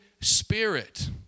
Spirit